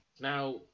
Now